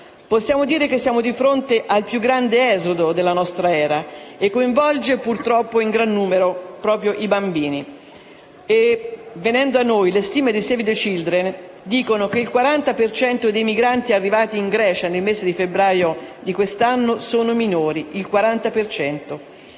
Possiamo dire che siamo di fronte al più grande esodo della nostra era, che coinvolge purtroppo in gran numero proprio i bambini. Venendo a noi, le stime di Save the Children dicono che il 40 per cento dei migranti arrivati in Grecia nel mese di febbraio di quest'anno sono minori.